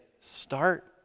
start